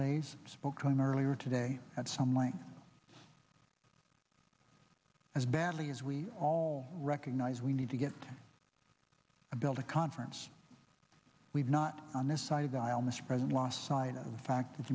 days spoke to him earlier today at some length as badly as we all recognize we need to get a bill to conference we've not on this side of the aisle mispresent lost sight of the fact that